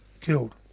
killed